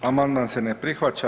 Amandman se ne prihvaća.